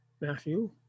matthew